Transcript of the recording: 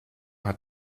hat